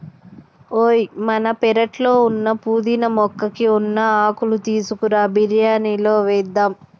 ఓయ్ మన పెరట్లో ఉన్న పుదీనా మొక్కకి ఉన్న ఆకులు తీసుకురా బిరియానిలో వేద్దాం